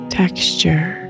texture